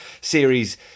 series